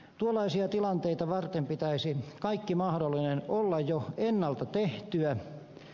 tuollaisia tilanteita varten pitäisi kaiken mahdollisen olla jo ennalta tehtyä